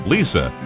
Lisa